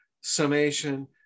summation